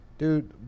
Dude